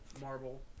Marble